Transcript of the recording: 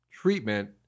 treatment